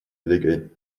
двигай